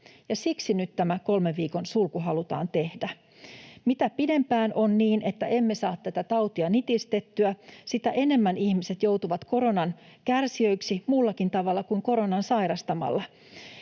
siksi nyt tämä kolmen viikon sulku halutaan tehdä. Mitä pidempään on niin, että emme saa tätä tautia nitistettyä, sitä enemmän ihmiset joutuvat koronan kärsijöiksi muullakin tavalla kuin koronan sairastamalla.